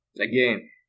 again